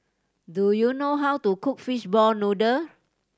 do you know how to cook fishball noodle